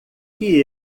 que